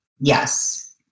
Yes